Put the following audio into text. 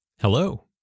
Hello